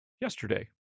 yesterday